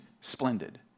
splendid